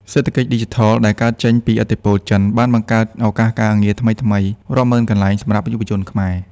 សេដ្ឋកិច្ចឌីជីថលដែលកើតចេញពីឥទ្ធិពលចិន បានបង្កើតឱកាសការងារថ្មីៗរាប់ម៉ឺនកន្លែងសម្រាប់យុវជនខ្មែរ។